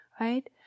right